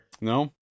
No